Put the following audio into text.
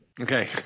Okay